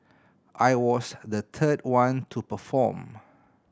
I was the third one to perform